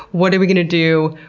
what are we gonna do,